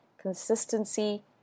consistency